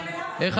וואו.